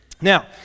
Now